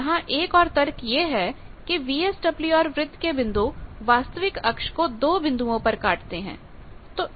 अब यहां एक और तर्क यह है कि वीएसडब्ल्यूआर वृत्त के बिंदु वास्तविक अक्ष को दो बिंदुओं पर काटते हैं